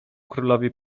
królowi